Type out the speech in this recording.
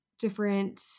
different